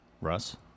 Russ